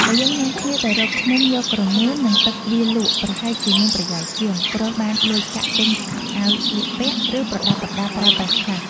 បើយើងនាំគ្នាទៅរកឃ្មុំយកក្រមួន និងទឹកវាលក់ ប្រហែលជាមានប្រយោជន៍ជាង គ្រាន់បានលុយកាក់ទិញខោអាវស្លៀកពាក់ និងប្រដាប់ប្រដាប្រើប្រាស់ខ្លះ។